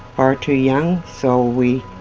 far too young. so we